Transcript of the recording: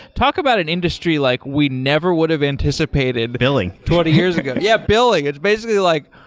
talk about an industry like we never would have anticipated billing twenty years ago. yeah, billing. it's basically like,